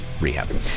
rehab